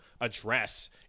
address